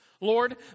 Lord